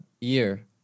year